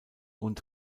und